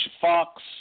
Fox